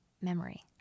memory